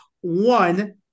One